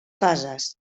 fases